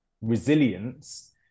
resilience